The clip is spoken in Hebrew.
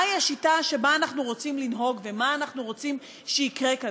מהי השיטה שבה אנחנו רוצים לנהוג ומה אנחנו רוצים שיקרה כאן.